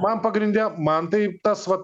man pagrinde man tai tas vat